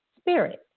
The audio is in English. spirit